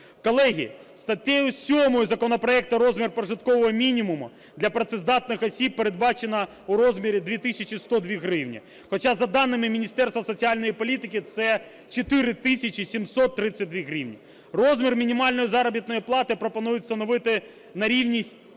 Колеги, статтею 7 законопроекту розмір прожиткового мінімуму для працездатних осіб передбачено у розмірі 2 тисячі 102 гривні, хоча за даними Міністерства соціальної політики це 4 тисячі 732 гривні. Розмір мінімальної заробітної плати пропонують встановити на рівні